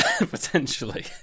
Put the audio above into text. Potentially